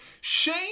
Shane